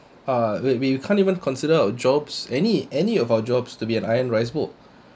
uh we we can't even consider our jobs any any of our jobs to be an iron rice bowl